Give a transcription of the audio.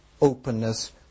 openness